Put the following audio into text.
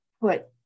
put